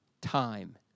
time